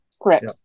Correct